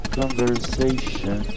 conversation